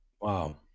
Wow